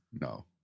No